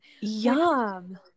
Yum